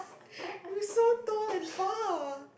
you are so tall and far